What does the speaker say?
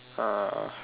uh